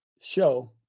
show